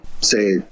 say